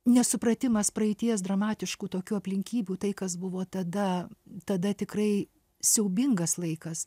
nesupratimas praeities dramatiškų tokių aplinkybių tai kas buvo tada tada tikrai siaubingas laikas